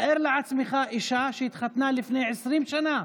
תאר לעצמך אישה שהתחתנה לפני 20 שנה,